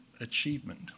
achievement